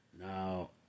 Now